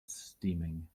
steaming